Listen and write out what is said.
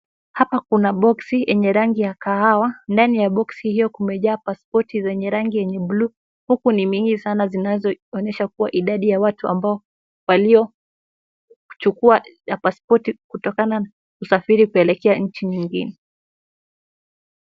Hapa kuna boksi yenye rangi ya kahawa, ndani ya boksi hiyo kumejaa pasipoti zenye rangi ya bluu, huku ni mingi sana. Zinaonyesha kuwa , idadi ya watu waliochukua pasipoti kutokana na usafiri kuelekea nchi nyingine.